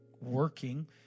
working